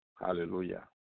hallelujah